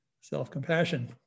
self-compassion